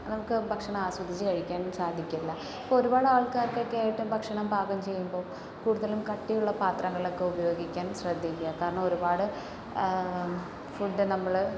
നമുക്ക് ഭക്ഷണം ആസ്വദിച്ചു കഴിക്കാനും സാധിക്കില്ല ഇപ്പോൾ ഒരുപാട് ആൾക്കാർക്കൊക്കെ ആയിട്ട് ഭക്ഷണം പാചകം ചെയ്യുമ്പോൾ കൂടുതലും കട്ടിയുള്ള പാത്രങ്ങളൊക്കെ ഉപയോഗിക്കാൻ ശ്രദ്ധിക്കുക കാരണം ഒരുപാട് ഫുഡ് നമ്മൾ